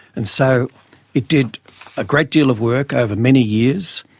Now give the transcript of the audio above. and so it did a great deal of work over many years,